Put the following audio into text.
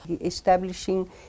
Establishing